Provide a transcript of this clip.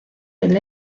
del